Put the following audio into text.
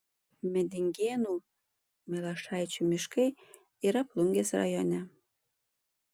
medingėnų milašaičių miškai yra plungės rajone